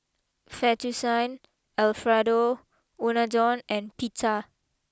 Fettuccine Alfredo Unadon and Pita